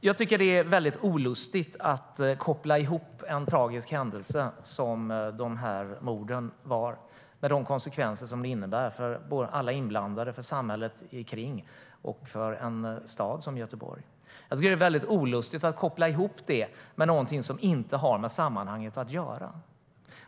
Jag tycker att det är väldigt olustigt att koppla ihop en tragisk händelse som morden - med de konsekvenser de har för alla inblandade, för det omgivande samhället och för en stad som Göteborg - med något som inte har med sammanhanget att göra.